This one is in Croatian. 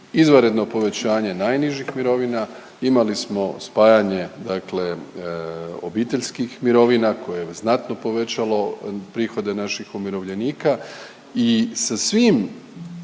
izvanredno povećanje najnižih mirovina, imali smo spajanje dakle obiteljskih mirovina koje je znatno povećalo prihode naših umirovljenika i sa svim